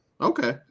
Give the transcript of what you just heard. Okay